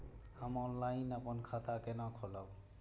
हम ऑनलाइन अपन खाता केना खोलाब?